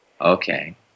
Okay